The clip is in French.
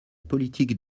politique